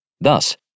Thus